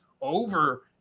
over